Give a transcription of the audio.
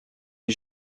les